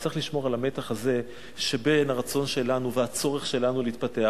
צריך לשמור על המתח הזה שבין הרצון והצורך שלנו להתפתח,